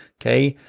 okay,